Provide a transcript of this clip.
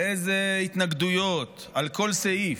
ואיזה התנגדויות על כל סעיף,